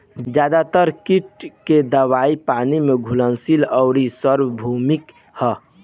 ज्यादातर कीट के दवाई पानी में घुलनशील आउर सार्वभौमिक ह?